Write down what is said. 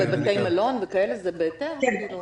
בתי מלון וכאלה זה בהיתר.